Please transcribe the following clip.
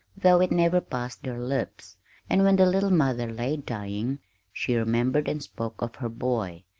though it never passed their lips and when the little mother lay dying she remembered and spoke of her boy.